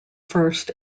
first